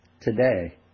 today